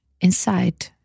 inside